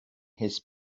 his